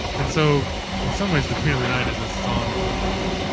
and so in some ways, the queen of the night is a song about that,